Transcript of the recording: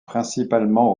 principalement